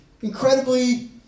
Incredibly